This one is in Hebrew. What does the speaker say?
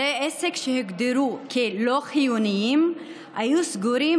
בתי עסק שהוגדרו כלא חיוניים היו סגורים